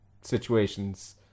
situations